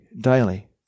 daily